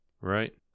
right